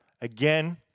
Again